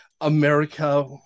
America